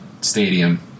Stadium